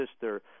sister